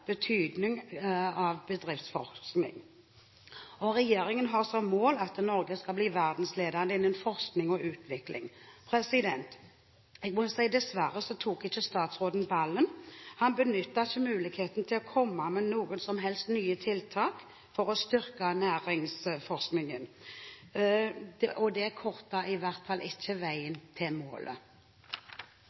av bedriftsforskning. Regjeringen har som mål at Norge skal bli verdensledende innen forskning og utvikling. Jeg må si at dessverre tok ikke statsråden ballen. Han benyttet ikke muligheten til å komme med noen som helst nye tiltak for å styrke næringsforskningen. Det korter i hvert fall ikke ned veien til målet.